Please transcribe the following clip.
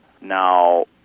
Now